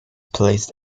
placed